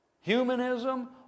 humanism